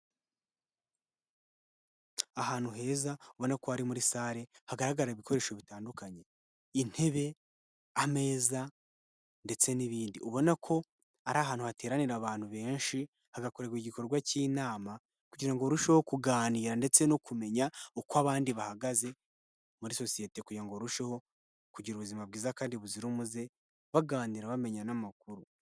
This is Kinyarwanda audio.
Ahantu heza ubona ko hari muri salle hagaragara ibikoresho bitandukanye: intebe, ameza, ndetse n'ibindi. Ubona ko ari ahantu hateranira abantu benshi hagakorerwa igikorwa cy'inama kugira ngo barusheho kuganira ndetse no kumenya uko abandi bahagaze muri sosete, kugira ngo barusheho kugira ubuzima bwiza kandi buzira umuze, baganira bamenya n'amakuru.